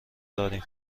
داریم